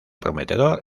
prometedor